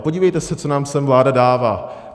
Podívejte se, co nám sem vláda dává.